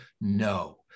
No